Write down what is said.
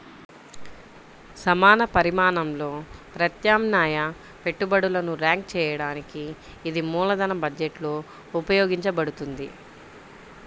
సమాన పరిమాణంలో ప్రత్యామ్నాయ పెట్టుబడులను ర్యాంక్ చేయడానికి ఇది మూలధన బడ్జెట్లో ఉపయోగించబడుతుంది